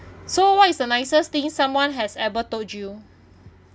so what is the nicest thing someone has ever told you